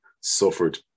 suffered